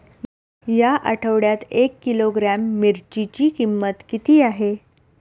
या आठवड्यात एक किलोग्रॅम मिरचीची किंमत किती आहे?